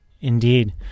Indeed